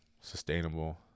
sustainable